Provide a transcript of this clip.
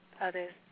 others